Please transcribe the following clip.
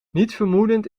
nietsvermoedend